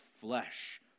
flesh